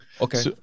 Okay